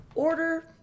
Order